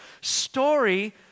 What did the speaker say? story